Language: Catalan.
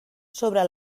sobre